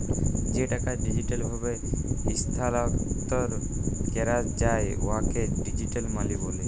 যে টাকা ডিজিটাল ভাবে ইস্থালাল্তর ক্যরা যায় উয়াকে ডিজিটাল মালি ব্যলে